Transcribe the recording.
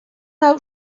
hau